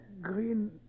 Green